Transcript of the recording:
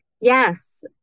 Yes